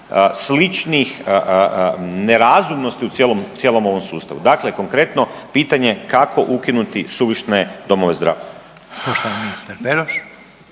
sličnih nerazumnosti u cijelom ovom sustavu. Dakle, konkretno pitanje, kako ukinuti suvišne domove zdravlja? **Reiner,